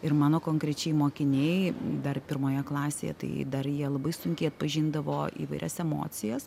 ir mano konkrečiai mokiniai dar pirmoje klasėje tai dar jie labai sunkiai atpažindavo įvairias emocijas